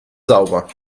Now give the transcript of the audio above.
sauber